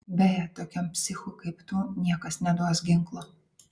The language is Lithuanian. beje tokiam psichui kaip tu niekas neduos ginklo